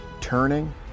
turning